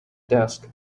desk